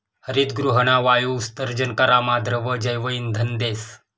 हरितगृहना वायु उत्सर्जन करामा द्रव जैवइंधन देस